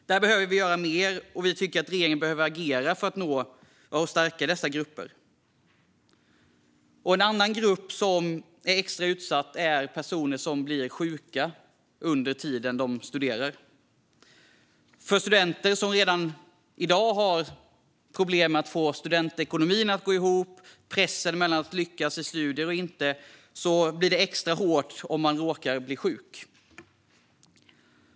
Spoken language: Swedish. Där behöver vi göra mer, och vi tycker att regeringen behöver agera för att stärka dessa grupper. En annan grupp som är extra utsatt är personer som blir sjuka under tiden de studerar. För studenter som redan i dag har problem med att få studentekonomin att gå ihop och pressen av att lyckas med studierna blir det extra hårt om de råkar bli sjuka.